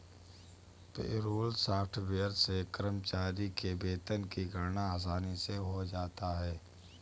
payroll software से कर्मचारी के वेतन की गणना आसानी से हो जाता है